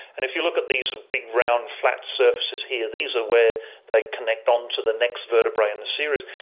and if you look at these big round flat surfaces here, these are where they connect onto the next vertebra in the series.